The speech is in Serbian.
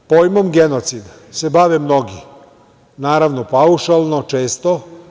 Pojmom genocida se bave mnogi, naravno paušalno, često.